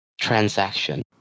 transaction